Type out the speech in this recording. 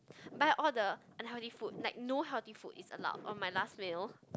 buy all the unhealthy food like no healthy food is allowed on my last meal